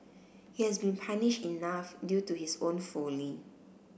he has been punished enough due to his own folly